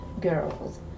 girls